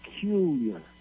peculiar